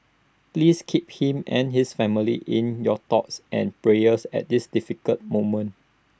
please keep him and his family in your thoughts and prayers at this difficult moment